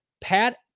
pat